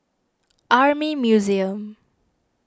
Army Museum